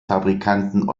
fabrikanten